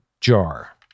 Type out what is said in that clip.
jar